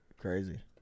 Crazy